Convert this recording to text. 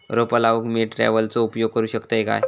रोपा लाऊक मी ट्रावेलचो उपयोग करू शकतय काय?